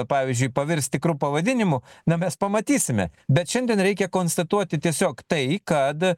pavyzdžiui pavirs tikru pavadinimu na mes pamatysime bet šiandien reikia konstatuoti tiesiog tai kad